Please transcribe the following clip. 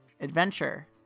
Adventure